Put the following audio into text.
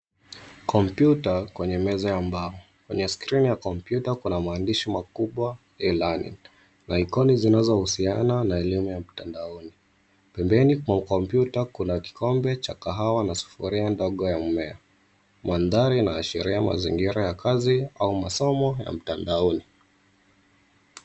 Kompyuta kwenye meza ya mbao. Kwenye skrini ya kompyuta kuna maandishi makubwa ya E-learning. Pembeni mwa kompyuta kuna kikombe cha kahawa na sufuria ndogo ya mmea. Mandhari inaashiria mazingira ya kazi au masomo ya mtandaoni.